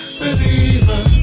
believer